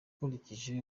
nkurikije